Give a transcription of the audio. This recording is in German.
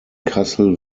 kassel